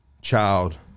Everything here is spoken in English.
child